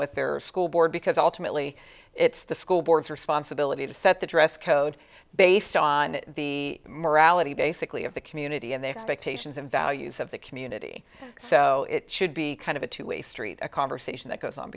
with their school board because ultimately it's the school boards responsibility to set the dress code based on the morality basically of the community and the expectations and values of the community so it should be kind of a two way street a conversation that goes on